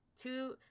two